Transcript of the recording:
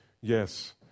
yes